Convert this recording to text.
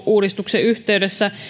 uudistuksen yhteydessä